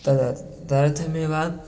तदा तदर्थमेव